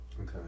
okay